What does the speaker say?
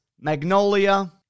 magnolia